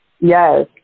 Yes